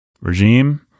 regime